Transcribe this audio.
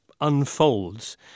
unfolds